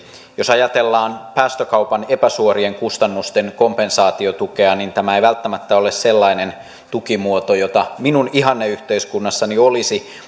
jos ajatellaan päästökaupan epäsuorien kustannusten kompensaatiotukea niin tämä ei välttämättä ole sellainen tukimuoto jota minun ihanneyhteiskunnassani olisi